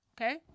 okay